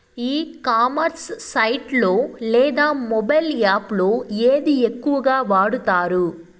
ఈ commerce site లో లేదా మొబైల్ యాప్ లో ఏది ఎక్కువగా వాడుతారు?